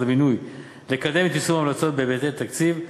הבינוי לקדם את יישום ההמלצות בהיבטי תקציב.